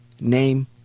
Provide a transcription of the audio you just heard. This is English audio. name